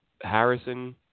Harrison